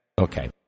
Okay